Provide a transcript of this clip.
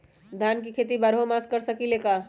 धान के खेती बारहों मास कर सकीले का?